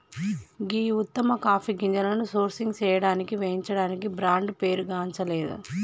గీ ఉత్తమ కాఫీ గింజలను సోర్సింగ్ సేయడానికి వేయించడానికి బ్రాండ్ పేరుగాంచలేదు